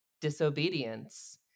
disobedience